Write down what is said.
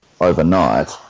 overnight